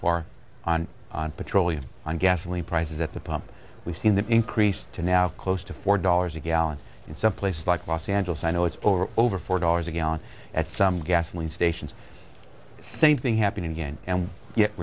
far on petroleum and gasoline prices at the pump we've seen the increase to now close to four dollars a gallon in some places like los angeles i know it's over four dollars a gallon at some gasoline stations same thing happening again and yet